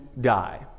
die